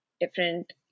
different